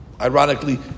Ironically